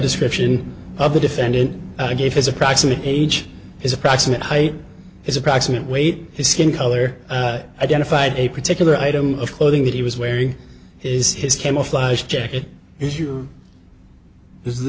description of the defendant gave his approximate age his approximate height his approximate weight his skin color identified a particular item of clothing that he was wearing is his camouflage jacket issue is th